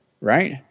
right